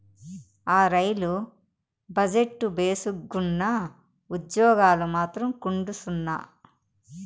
ఆ, rail budget భేసుగ్గున్నా, ఉజ్జోగాలు మాత్రం గుండుసున్నా